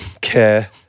care